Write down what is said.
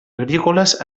agrícoles